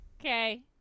Okay